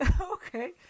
Okay